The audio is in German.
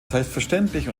selbstverständlich